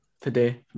today